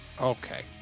okay